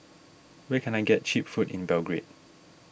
where can I get Cheap Food in Belgrade